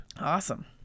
Awesome